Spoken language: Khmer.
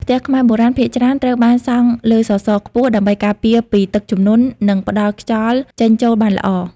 ផ្ទះខ្មែរបុរាណភាគច្រើនត្រូវបានសង់លើសសរខ្ពស់ ដើម្បីការពារពីទឹកជំនន់ និងផ្តល់ខ្យល់ចេញចូលបានល្អ។